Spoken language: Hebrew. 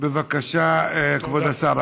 בבקשה, כבוד השר.